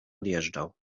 odjeżdżał